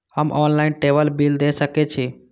हम ऑनलाईनटेबल बील दे सके छी?